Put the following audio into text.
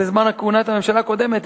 בזמן כהונת הממשלה הקודמת,